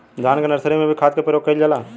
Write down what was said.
धान के नर्सरी में भी खाद के प्रयोग कइल जाला?